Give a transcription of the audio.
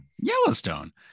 Yellowstone